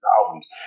albums